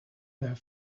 their